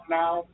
now